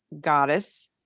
Goddess